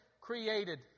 created